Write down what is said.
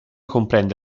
comprende